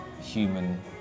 human